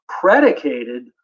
predicated